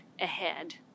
ahead